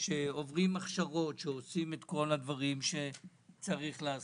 שעוברים הכשרות ועושים את כל הדברים שצריך לעשות,